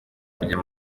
biganiro